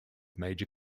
major